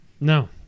No